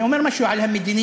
זה אומר משהו על המדיניות,